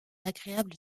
agréable